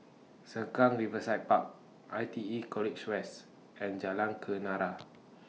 Sengkang Riverside Park I T E College West and Jalan Kenarah